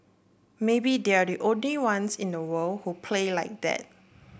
maybe they're the only ones in the world who play like that